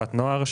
הכשרת נוער,